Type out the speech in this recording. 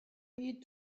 eat